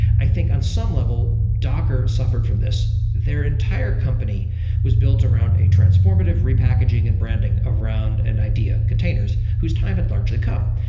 i think on some level, docker suffered from this. their entire company was built around a transformative repackaging and branding around an idea, containers, whose time had largely come.